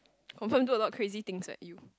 confirm do a lot crazy things like you